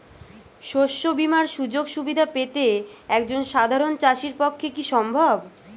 শস্য বীমার সুযোগ সুবিধা পেতে একজন সাধারন চাষির পক্ষে কি সম্ভব?